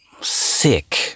sick